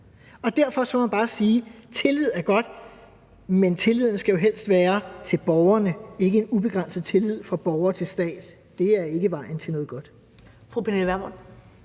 Derfor må man bare sige, at tillid er godt, men at tilliden jo helst skal være til borgerne og ikke en ubegrænset tillid fra borger til stat. Det er ikke vejen til noget godt. Kl. 13:08 Første